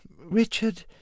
Richard